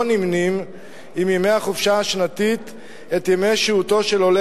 נמנים עם ימי החופשה השנתית את ימי שהותו של עולה